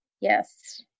yes